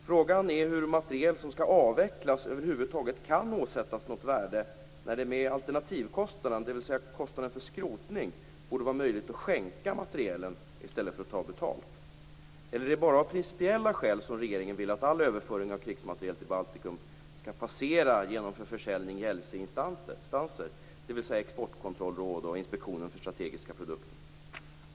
Frågan är hur materiel som skall avvecklas över huvud taget kan åsättas något värde när det med hänsyn till alternativkostnaden, dvs. kostnaden för skrotning, borde vara möjligt att skänka materielen i stället för att ta betalt. Eller är det bara av principiella skäl som regeringen vill att all överföring av krigsmateriel till Baltikum skall passera genom för försäljning gängse instanser, dvs. Exportkontrollrådet och Inspektionen för strategiska produkter?